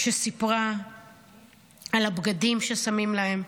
סיפרה על הבגדים ששמים להם,